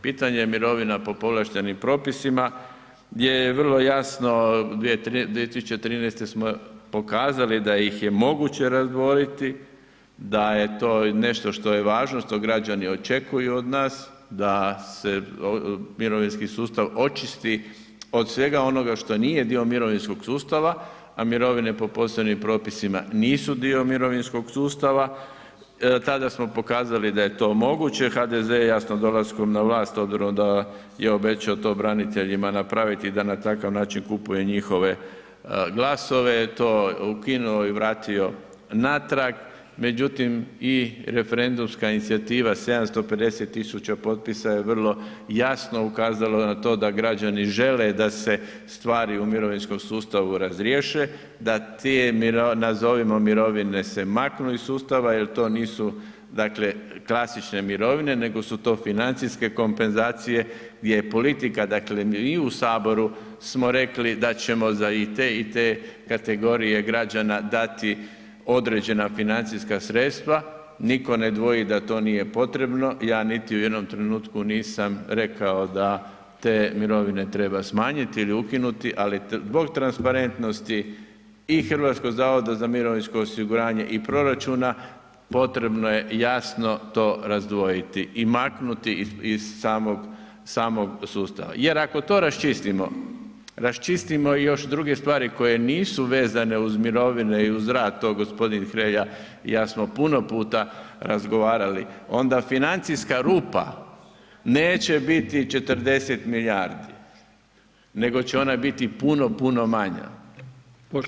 Pitanje mirovina po povlaštenim propisima gdje je vrlo jasno, 2013. smo pokazali da ih j moguće razdvojiti, da je to nešto što je važno, što građani očekuju od nas, da se mirovinski sustav očisti od svega ono što nije dio mirovinskog sustava a mirovine po posebnim propisima nisu dio mirovinskog sustava, tada smo pokazali da je to moguće, HDZ je jasno, dolaskom na vlast, s obzirom da je obećao to braniteljima napraviti da na takav način kupuje njihove glasove, to ukinuo i vratio natrag, međutim i referendumska inicijativa, 750 000 potpisa je vrlo jasno ukazala na to da građani žele da se stvari u mirovinskom sustavu razriješe, da te nazovimo mirovine se maknu iz sustava jer to nisu klasične mirovine nego su to financijske kompenzacije gdje politika dakle i u Saboru smo rekli da ćemo za te i te kategorije građana dati određena financija sredstva, nitko ne dvoji da to nije potrebno, ja niti u jednom trenutku nisam rekao da te mirovine treba smanjiti ili ukinuti ali zbog transparentnosti i HZMO-a i proračuna, potrebno je jasno to razdvojiti i maknuti iz samog sustava jer ako to raščistimo, raščistimo i još druge stvari koje nisu vezane uz mirovine i uz rad, to g. Hrelja i ja smo puno puta razgovarali, onda financijska rupa neće biti 40 milijardi nego će ona biti puno, puno manja.